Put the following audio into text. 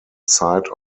side